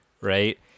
right